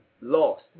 lost